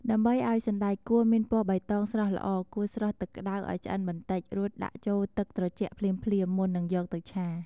ដើម្បីឱ្យសណ្ដែកគួរមានពណ៌បៃតងស្រស់ល្អ គួរស្រុះទឹកក្ដៅឱ្យឆ្អិនបន្តិច រួចដាក់ចូលទឹកត្រជាក់ភ្លាមៗ មុននឹងយកទៅឆា។